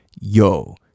yo